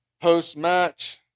Post-match